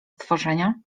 stworzenia